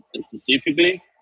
specifically